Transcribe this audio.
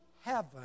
heaven